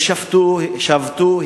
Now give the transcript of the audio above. הם שבתו,